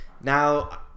now